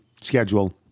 schedule